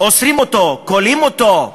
עוצרים אותו, כולאים אותו,